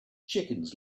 chickens